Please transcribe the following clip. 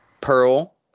Pearl